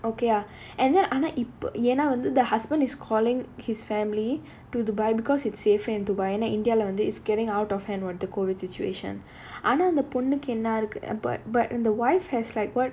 okay ah and then ஆனா இப்ப எனா வந்து:aanaa ippo yaenaa vandhu wanted the husband is calling his family to dubai because it's safer in dubai and in india it's getting out of hand [what] the COVID situation ஆனா அந்த பொண்ணுக்கு என்ன ஆயிருக்குனா:aanaa andha ponnuku enna ayirukunaa but but the wife has like what